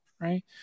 Right